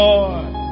Lord